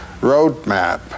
roadmap